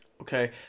Okay